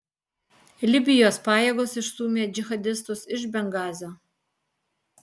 libijos pajėgos išstūmė džihadistus iš bengazio